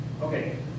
Okay